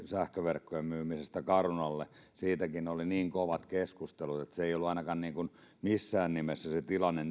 sähköverkkojen myymisestä carunalle oli niin kovat keskustelut että ei ollut ainakaan missään nimessä se tilanne